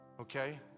okay